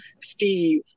Steve